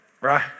right